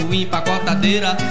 empacotadeira